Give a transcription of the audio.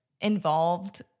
involved